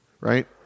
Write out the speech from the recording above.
right